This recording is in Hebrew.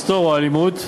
מסתור או אלימות,